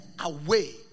away